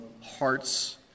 hearts